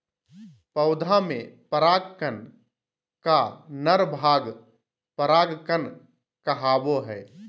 पौधा में पराग कण का नर भाग परागकण कहावो हइ